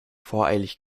voreilig